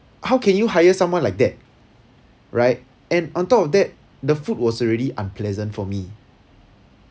how can you hire someone like that right and on top of that the food was already unpleasant for me